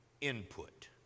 input